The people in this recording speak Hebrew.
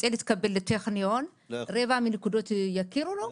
רוצה להתקבל לטכניון, רבע מהנקודות יכירו לו?